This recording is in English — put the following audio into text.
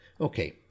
Okay